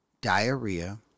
diarrhea